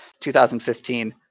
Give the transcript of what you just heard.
2015